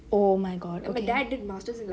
oh my god okay